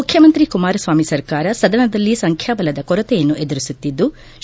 ಮುಖ್ರಮಂತ್ರಿ ಕುಮಾರಸ್ನಾಮಿ ಸರ್ಕಾರ ಸದನದಲ್ಲಿ ಸಂಖ್ಯಾಬಲದ ಕೊರತೆಯನ್ನು ಎದುರಿಸುತ್ತಿದ್ಲು